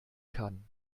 kann